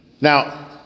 now